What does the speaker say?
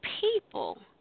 people